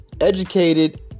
educated